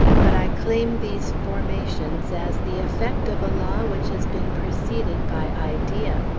but i claim these formations as the effect of a law which has been preceded by idea!